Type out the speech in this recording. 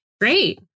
Great